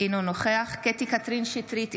אינו נוכח קטי קטרין שטרית,